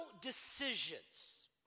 decisions